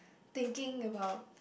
thinking about